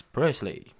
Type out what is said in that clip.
Presley